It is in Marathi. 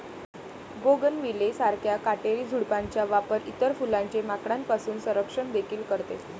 बोगनविले सारख्या काटेरी झुडपांचा वापर इतर फुलांचे माकडांपासून संरक्षण देखील करते